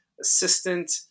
assistant